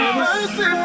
Mercy